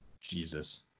jesus